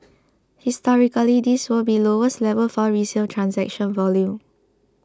historically this will be lowest level for resale transaction volume